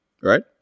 right